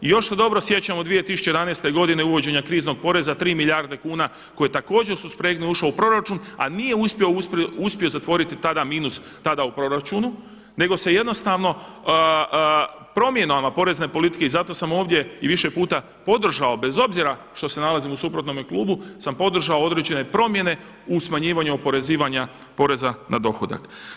I još se dobro sjećam u 2011. godini uvođenja kriznog poreza 3 milijarde kuna koji je također suspregnuo, ušao u proračun, a nije uspio zatvoriti tada minus, tada u proračunu nego se jednostavno promjenama porezne politike i zato sam ovdje i više puta podržao bez obzira što se nalazim u suprotnome klubu sam podržao određene promjene u smanjivanju oporezivanja poreza na dohodak.